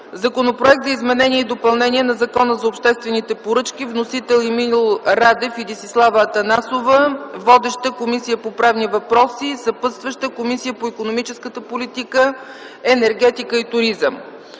Законопроект за изменение и допълнение на Закона за обществените поръчки, с вносители народните представители Емил Радев и Десислава Атанасова. Водеща е Комисията по правни въпроси, съпътстваща е Комисията по икономическата политика, енергетика и туризъм;